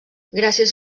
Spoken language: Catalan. gràcies